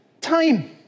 time